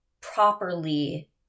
properly